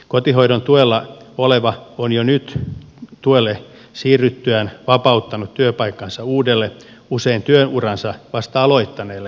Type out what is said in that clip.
kotihoidon tuella oleva on jo nyt tuelle siirryttyään vapauttanut työpaikkansa uudelle usein työuransa vasta aloittaneelle henkilölle